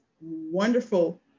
wonderful